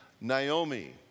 Naomi